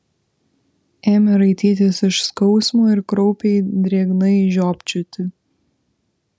ėmė raitytis iš skausmo ir kraupiai drėgnai žiopčioti